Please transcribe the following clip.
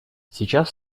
сейчас